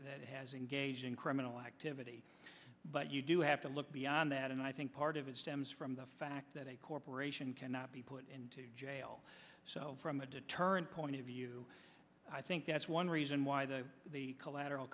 that has engaged in criminal activity but you do have to look beyond that and i think part of it stems from the fact that a corporation cannot be put into jail so from a deterrent point of view i think that's one reason why the collateral